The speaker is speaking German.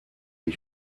die